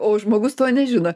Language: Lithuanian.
o žmogus to nežino